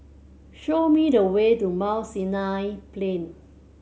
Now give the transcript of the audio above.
show me the way to Mount Sinai Plain